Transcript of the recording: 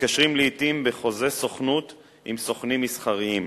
מתקשרים לעתים בחוזי סוכנות עם סוכנים מסחריים,